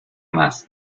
más